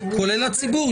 כולל הציבור,